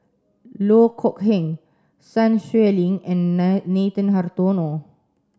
Loh Kok Heng Sun Xueling and Nathan Hartono